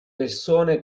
persone